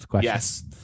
Yes